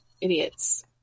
idiots